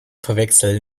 verwechseln